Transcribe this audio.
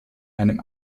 einem